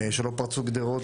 שלא פרצו גדרות,